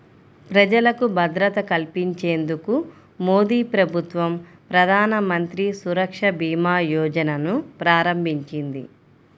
ప్రజలకు భద్రత కల్పించేందుకు మోదీప్రభుత్వం ప్రధానమంత్రి సురక్ష భీమా యోజనను ప్రారంభించింది